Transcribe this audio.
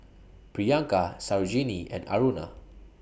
Priyanka Sarojini and Aruna